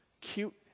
cute